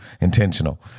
Intentional